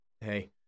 hey